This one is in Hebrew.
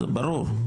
ברור.